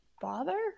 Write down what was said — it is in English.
bother